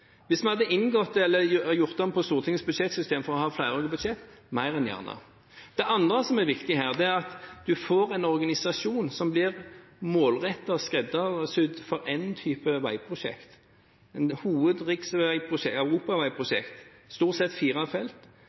hvis vi hadde gjort om på Stortingets budsjettsystem for å ha flerårige budsjetter, mer enn gjerne. Det andre som er viktig her, er at man får en organisasjon som blir målrettet og skreddersydd for en type veiprosjekter – europaveiprosjekter, stort sett fire felt,